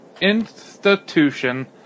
institution